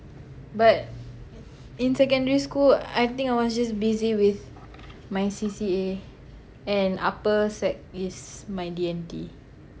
but in secondary school I think I was just busy with my C_C_A and upper sec is my D_N_T